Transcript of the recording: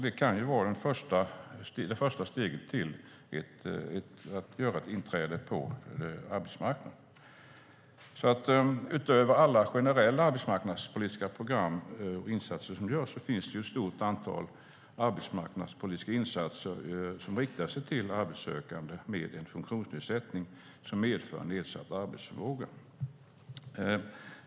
Det kan vara det första steget till att göra ett inträde på arbetsmarknaden. Utöver alla generella arbetsmarknadspolitiska program och insatser finns det ett stort antal arbetsmarknadspolitiska insatser som riktar sig till arbetssökande med en funktionsnedsättning som medför nedsatt arbetsförmåga.